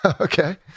Okay